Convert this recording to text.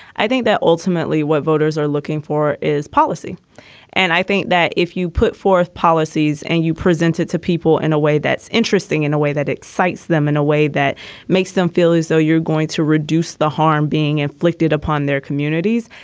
i think that ultimately what voters are looking for is policy and i think that if you put forth policies and you presented to people in a way that's interesting, in a way that excites them, in a way that makes them feel as though you're going to reduce the harm being inflicted upon their communities,